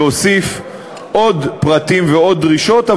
להוסיף עוד פרטים ועוד דרישות,